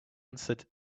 answered